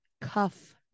Cuff